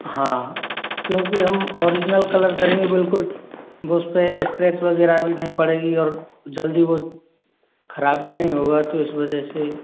हाँ क्योंकि हम ओरिजिनल कलर करेंगे बिल्कुल वो उसपे इस्क्रैच वगैरह भी नहीं पड़ेगी और जल्दी वो खराब भी नहीं होगा तो इस वजह से